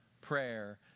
prayer